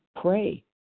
pray